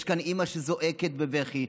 יש כאן אימא שזועקת בבכי,